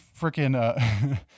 freaking